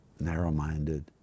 narrow-minded